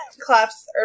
claps